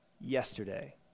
yesterday